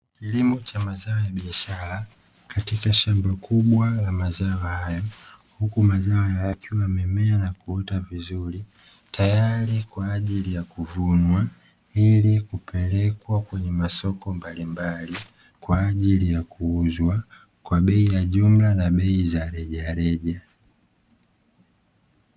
Kilimo cha mazao ya biashara katika shamba kubwa la mazao haya, huku mazao haya yakiwa yamemea na kuota vizuri ili kupelekwa kwenye masoko mbalimbali kwa ajili ya kuuzwa, kwa bei ya jumla na bei za rejareja.